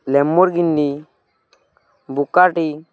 Lamborghini Bugatti